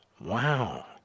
Wow